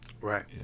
Right